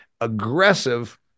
aggressive